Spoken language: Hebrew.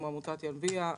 כמו עמותות ילביע,